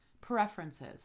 preferences